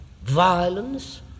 violence